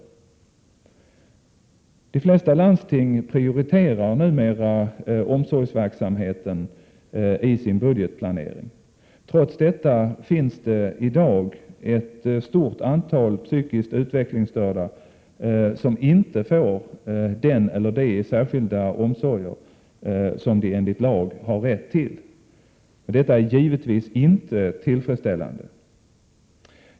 De flesta landsting prioriterar numera omsorgsverksamheten i sin budgetplanering. Trots detta finns det i dag ett stort antal psykiskt utvecklingsstörda som inte får den eller de särskilda omsorger som de enligt lag har rätt till. Detta är givetvis inte tillfredsställande.